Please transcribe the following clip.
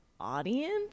audience